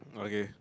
okay